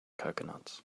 coconuts